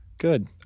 Good